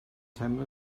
teimlo